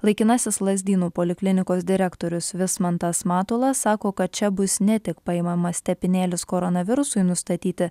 laikinasis lazdynų poliklinikos direktorius vismantas matulas sako kad čia bus ne tik paimamas tepinėlis koronavirusui nustatyti